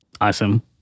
Awesome